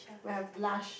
we have blush